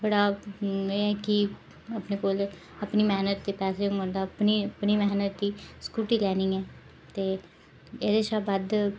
बड़ा एम एह् है कि अपने कोल अपनी मेह्नत दे पैसे होङन ते अपनी मेह्नत दी स्कूटी लैनी ऐ ते एह्दे शा बद्ध